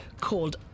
called